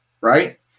right